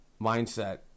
mindset